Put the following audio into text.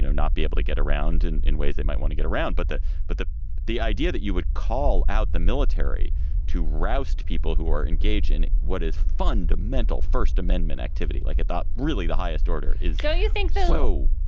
not be able to get around and in ways they might want to get around. but the but the the idea that you would call out the military to roust people who are engaged in what is fundamental first amendment activity like it, that really the highest order yeah you think so?